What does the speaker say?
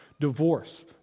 Divorce